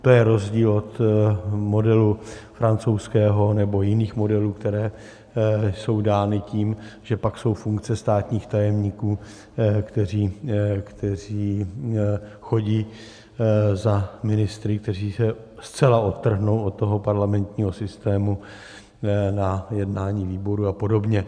To je rozdíl od modelu francouzského nebo jiných modelů, které jsou dány tím, že pak jsou funkce státních tajemníků, kteří chodí za ministry, kteří se zcela odtrhnou od parlamentního systému, na jednání výborů a podobně.